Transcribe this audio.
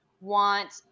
want